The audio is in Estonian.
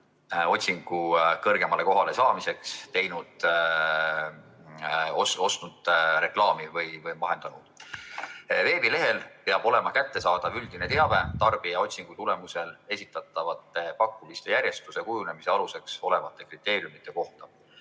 otsingus kõrgemale kohale saamiseks reklaami ostnud või vahendanud. Veebilehel peab olema kättesaadav üldine teave tarbija otsingu tulemusel esitatavate pakkumiste järjestuse kujunemise aluseks olevate kriteeriumite kohta.